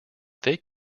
they